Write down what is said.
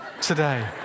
today